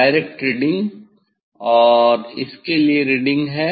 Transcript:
direct reading और इस के लिए रीडिंग है